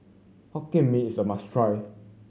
Hokkien Mee is a must try